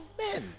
men